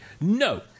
no